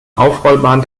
aufrollbaren